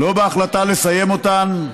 לא בהחלטה לסיים אותן,